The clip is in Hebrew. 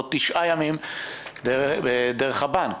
או תשעה ימים דרך הבנק.